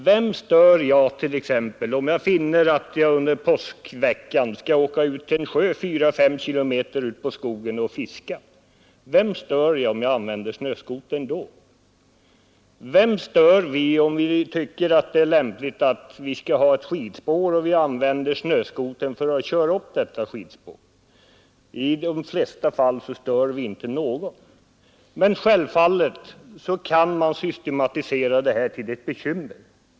Vem stör jag t.ex. om jag under påskveckan åker ut till en sjö fyra fem kilometer in i skogen för att fiska och då använder snöskotern? Vem stör vi om vi tycker att det är lämpligt att ha ett skidspår och använder snöskotern för att köra upp detta skidspår? I de flesta fall stör vi inte någon. Men självfallet kan man systematisera det här till ett bekymmer.